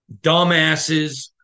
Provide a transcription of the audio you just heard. dumbasses